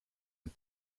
een